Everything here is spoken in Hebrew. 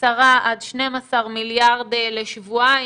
עשרה עד 12 מיליארד לשבועיים,